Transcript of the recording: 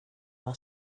var